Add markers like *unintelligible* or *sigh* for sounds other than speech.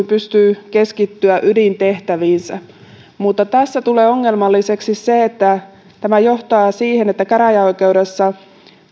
*unintelligible* pystyy keskittymään ydintehtäviinsä tässä tulee ongelmalliseksi se että tämä johtaa siihen että kun käräjäoikeudessa